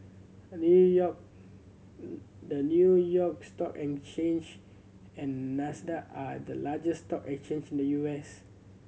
New York the New York Stock Exchange and Nasdaq are the largest stock exchange in the U S